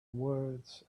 words